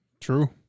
True